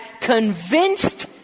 convinced